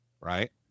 right